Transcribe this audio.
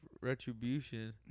Retribution